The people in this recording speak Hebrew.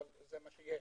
אבל זה מה שיש.